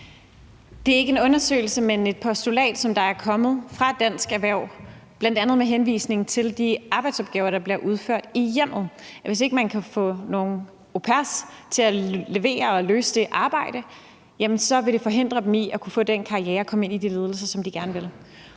Det er ikke en undersøgelse, men et postulat, der er kommet fra Dansk Erhverv, bl.a. med henvisning til de arbejdsopgaver, der bliver udført i hjemmet, altså at hvis ikke man kan få nogle au pairer til at levere og løse det arbejde, så vil det forhindre dem i at kunne få den karriere og komme ind i de ledelser, som de gerne vil.